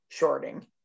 shorting